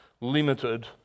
limited